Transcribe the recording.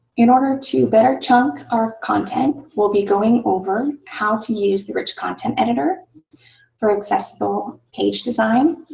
in order to better chunk our content, we'll be going over how to use the rich content editor for successful page design,